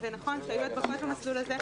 זה נכון שהיו הדבקות במסלול הזה,